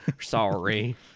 Sorry